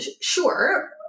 sure